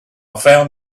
found